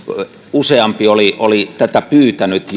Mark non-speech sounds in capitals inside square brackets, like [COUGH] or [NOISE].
useampi oli oli tätä pyytänyt [UNINTELLIGIBLE]